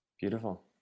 Beautiful